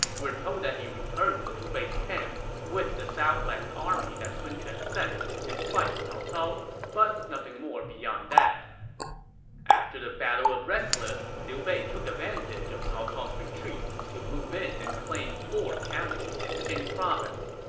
we're told he returned to liu bei's camp with the southlands army that sun quan sent to fight cao cao, but nothing more beyond that after the battle of red cliff, liu bei took advantage of cao cao's retreat to move in and claim four counties in jing province.